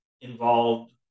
involved